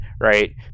right